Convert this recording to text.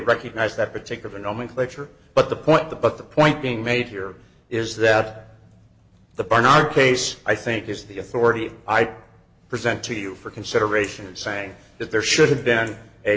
recognize that particular nomenclature but the point the but the point being made here is that the barnard case i think is the authority i present to you for consideration saying that there should have been a